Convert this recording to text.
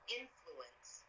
influence